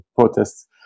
protests